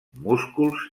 músculs